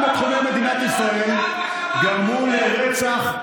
גם בתחומי מדינת ישראל גרמו לרצח,